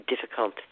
difficult